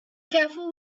careful